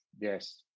Yes